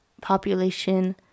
population